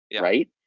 right